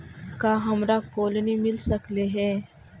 का हमरा कोलनी मिल सकले हे?